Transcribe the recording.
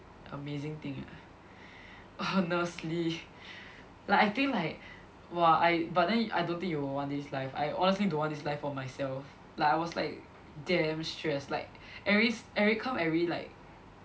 amazing thing eh honestly like I think like !wah! I but then I don't think you will want this life I honestly don't want this life for myself like I was like damn stressed like every every come every like